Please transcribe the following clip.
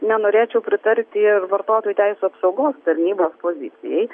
nenorėčiau pritarti ir vartotojų teisių apsaugos tarnybos pozicijai